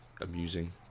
amusing